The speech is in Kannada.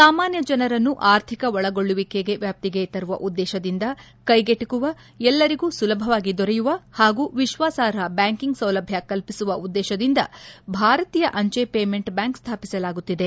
ಸಾಮಾನ್ಯ ಜನರನ್ನು ಅರ್ಥಿಕ ಒಳಗೊಳ್ಳುವಿಕೆ ವ್ಯಾಪ್ತಿಗೆ ತರುವ ಉದ್ದೇಶದಿಂದ ಕೈಗೆಟಕುವ ಎಲ್ಲರಿಗೂ ಸುಲಭವಾಗಿ ದೊರೆಯುವ ಹಾಗೂ ವಿಶ್ವಾಸಾರ್ಹ ಬ್ಯಾಂಕಿಂಗ್ ಸೌಲಭ್ಯ ಕಲ್ಪಿಸುವ ಉದ್ದೇಶದಿಂದ ಭಾರತೀಯ ಅಂಚೆ ಪೇಮೆಂಟ್ ಬ್ವಾಂಕ್ ಸ್ಥಾಪಿಸಲಾಗುತ್ತಿದೆ